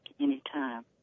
anytime